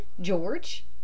George